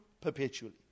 perpetually